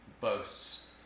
boasts